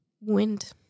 wind